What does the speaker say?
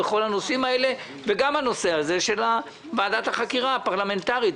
וגם הנושא של ועדת החקירה הפרלמנטרית,